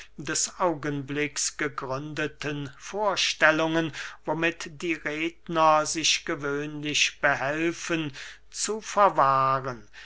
des augenblicks gegründeten vorstellungen womit die redner sich gewöhnlich behelfen zu verwahren